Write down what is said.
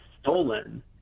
stolen